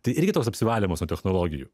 tai irgi toks apsivalymas nuo technologijų